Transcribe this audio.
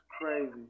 crazy